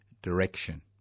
Direction